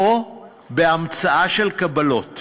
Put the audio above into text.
או בהמצאה של קבלות,